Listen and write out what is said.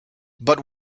but